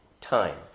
time